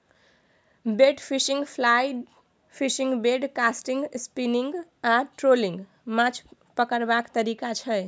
bait fishing, fly fishing, bait casting, spinning आ trolling माछ पकरबाक तरीका छै